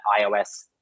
ios